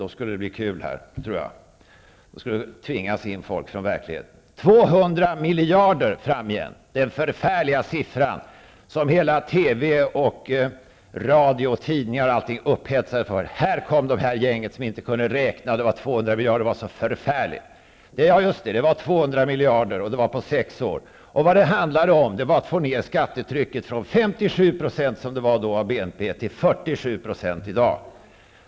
Då skulle det bli kul, tror jag. Det skulle tvinga in folk från verkligheten. Sedan kom de 200 miljarderna fram igen. Den förfärliga siffran som TV, radio och tidningar är upphetsade över. Här kom gänget som inte kunde räkna. 200 miljarder var förfärligt. Det var 200 miljarder på sex år. Det handlade om att få ner skattetrycket från 57 % av BNP som det var då, till 47 % i dag.